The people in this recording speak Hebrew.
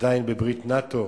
עדיין בברית נאט"ו,